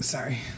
Sorry